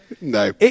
No